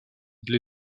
для